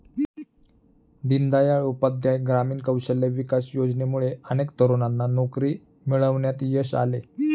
दीनदयाळ उपाध्याय ग्रामीण कौशल्य विकास योजनेमुळे अनेक तरुणांना नोकरी मिळवण्यात यश आले